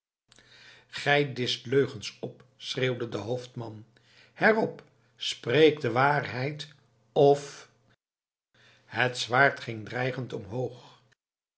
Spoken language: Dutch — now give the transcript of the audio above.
gij discht leugens op schreeuwde de hoofdman herop spreek de waarheid of het zwaard ging dreigend omhoog